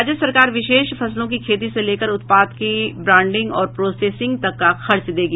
राज्य सरकार विशेष फसलों की खेती से लेकर उत्पाद की ब्रांडिंग और प्रोसेसिंग तक का खर्च देगी